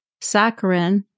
Saccharin